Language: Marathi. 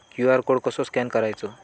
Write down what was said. क्यू.आर कोड कसो स्कॅन करायचो?